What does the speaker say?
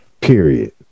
Period